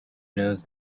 knows